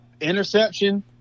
interception